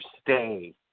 stay